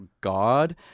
God